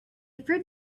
fruit